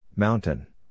Mountain